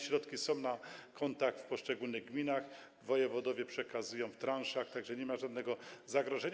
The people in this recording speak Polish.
Środki są na kontach w poszczególnych gminach, wojewodowie przekazują je w transzach, tak że nie ma żadnego zagrożenia.